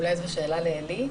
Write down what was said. אולי זו שאלה לעלי בינג?